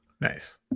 nice